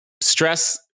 stress